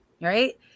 Right